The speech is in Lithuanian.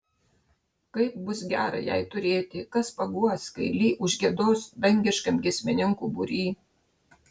kaip bus gera jai turėti kas paguos kai li užgiedos dangiškam giesmininkų būry